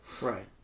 Right